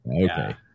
Okay